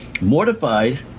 Mortified